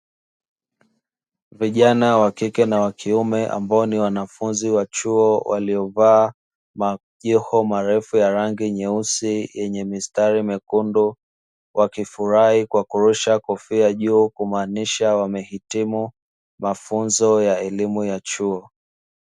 Vijana wa kike na wa kiume ambao ni wanafunzi wa chuo waliovaa majoho marefu ya rangi nyeusi yenye mistari mekundu, wakifurahi kwa kurusha kofia juu kumaanisha wamehitimu mafunzo ya elimu ya chuo.